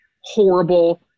horrible